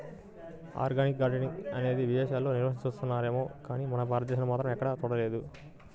organic gardening అనేది విదేశాల్లో నిర్వహిస్తున్నారేమో గానీ మన దేశంలో మాత్రం ఎక్కడా చూడలేదు